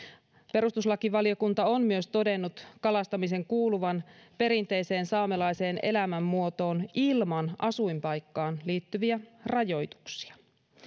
perustuslakivaliokunta on myös todennut kalastamisen kuuluvan perinteiseen saamelaiseen elämänmuotoon ilman asuinpaikkaan liittyviä rajoituksia